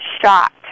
shocked